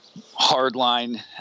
hardline